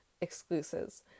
exclusives